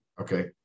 Okay